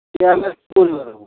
তেতিয়াহ'লে আৰু